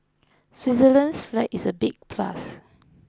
Switzerland's flag is a big plus